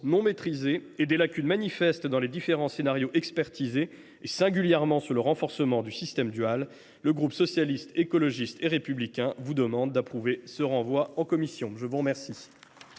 non maîtrisées et des lacunes manifestes dans les différents scénarios expertisés, singulièrement sur le renforcement du système dual, le groupe Socialiste, Écologiste et Républicain vous demande d’approuver son renvoi en commission. Y a t il